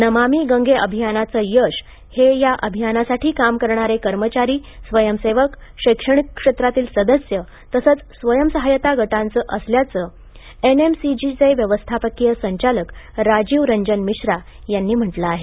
नमामी गंगे अभियानाचे यश हे या अभियानासाठी काम करणारे कर्मचारी स्वयंसेवक शैक्षणिक क्षेत्रातील सदस्य तसेच स्वयंसहायता गटांचे असल्याचे एनएमसीजी व्यवस्थापकीय संचालक राजीव रंजन मिश्रा यांनी म्हटले आहे